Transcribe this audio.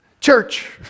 church